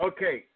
Okay